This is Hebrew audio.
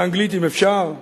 באנגלית, אם אפשר,